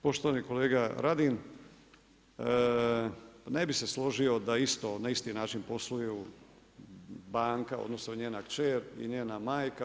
Poštovani kolega Radin, pa ne bih se složio da isto, na isti način posluju banka odnosno njena kćer i njena majka.